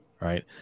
right